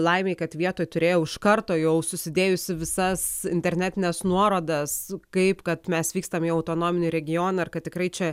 laimei kad vietoj turėjau iš karto jau susidėjusi visas internetines nuorodas kaip kad mes vykstame į autonominį regioną ir kad tikrai čia